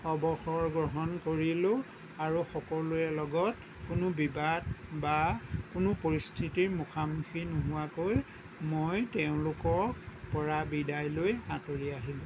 অৱসৰ গ্ৰহণ কৰিলোঁ আৰু সকলোৰে লগত কোনো বিবাদ বা কোনো পৰিস্থিতিৰ মুখা মুখি নোহোৱাকৈ মই তেওঁলোকৰ পৰা বিদায় লৈ আতৰি আহিলোঁ